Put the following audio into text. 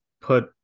put